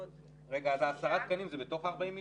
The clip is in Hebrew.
אז ה-10 תקנים זה בתוך ה-40 מיליון?